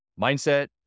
mindset